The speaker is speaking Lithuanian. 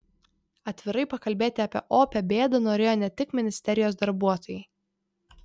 atvirai pakalbėti apie opią bėdą norėjo ne tik ministerijos darbuotojai